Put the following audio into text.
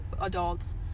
adults